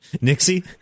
Nixie